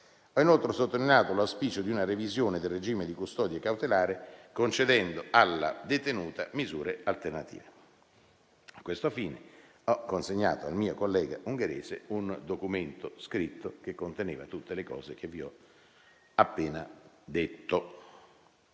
Ho inoltre sottolineato l'auspicio di una revisione del regime di custodia cautelare concedendo alla detenuta misure alternative. A questo fine ho consegnato al mio collega ungherese un documento scritto che conteneva tutte le cose che vi ho appena riferito.